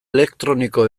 elektroniko